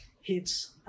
hits